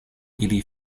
ili